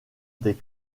des